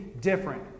different